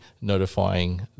notifying